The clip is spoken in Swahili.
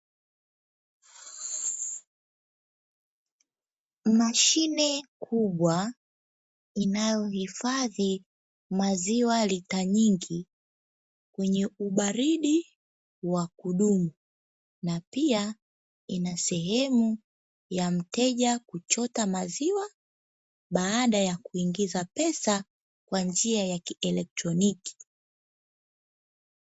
Mashine kubwa inayohifadhi maziwa lita nyingi, yenye ubaridi wa kudumu, na pia inasehemu ya mteja kuchota maziwa baada ya kuingiza pesa kwa njia ya kielektroniki